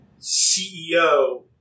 CEO